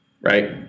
Right